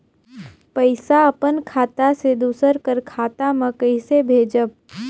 पइसा अपन खाता से दूसर कर खाता म कइसे भेजब?